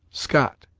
scott,